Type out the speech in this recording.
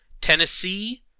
Tennessee